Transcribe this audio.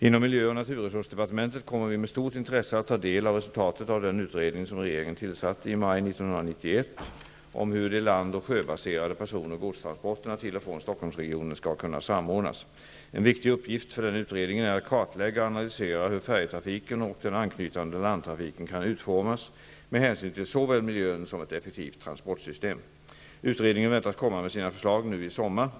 Inom miljö och naturresursdepartementet kommer vi med stort intresse att ta del av resultatet av den utredning som regeringen tillsatte i maj 1991 om hur de land och sjöbaserade person och godstransporterna till och från Stockholmsregionen skall kunna samordnas. En viktig uppgift för den utredningen är att kartlägga och analysera hur färjetrafiken och den anknytande landtrafiken kan utformas med hänsyn till såväl miljön som ett effektivt transportsystem. Utredningen väntas komma med sina förslag nu i sommar.